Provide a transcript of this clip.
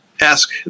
ask